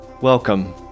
Welcome